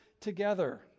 together